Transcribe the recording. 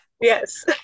Yes